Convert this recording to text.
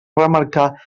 remarcar